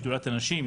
שדולת הנשים,